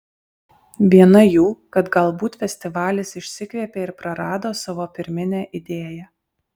viena jų kad galbūt festivalis išsikvėpė ir prarado savo pirminę idėją